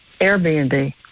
Airbnb